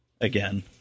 again